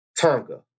Tonga